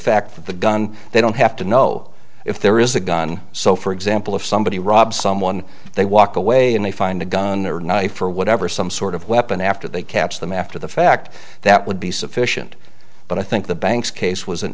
of the gun they don't have to know if there is a gun so for example if somebody rob someone they walk away and they find a gun or knife or whatever some sort of weapon after they catch them after the fact that would be sufficient but i think the banks case was an